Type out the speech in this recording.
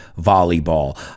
volleyball